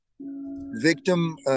Victim